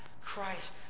Christ